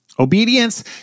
Obedience